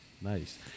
Nice